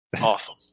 Awesome